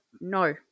no